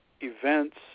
events